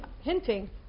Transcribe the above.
hinting